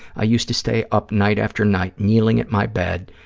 i used to stay up night after night, kneeling at my bed,